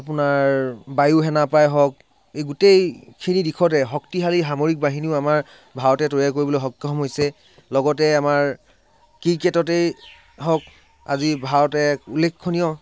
আপোনাৰ বায়ুসেনা পাই হওক এই গোটেইখিনি দিশতে শক্তিশালী সামৰিক বাহিনীও আমাৰ ভাৰতে তৈয়াৰ কৰিবলে সক্ষম হৈছে লগতে আমাৰ ক্ৰিকেটতেই হওক আজি ভাৰতে উল্লেখনীয়